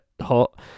hot